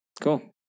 Cool